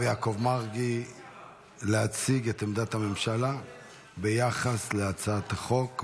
יעקב מרגי להציג את עמדת הממשלה ביחס להצעת החוק.